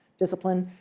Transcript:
discipline.